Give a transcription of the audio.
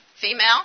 female